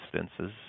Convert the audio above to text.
instances